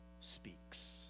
speaks